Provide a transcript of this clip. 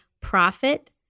profit